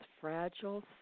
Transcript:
fragile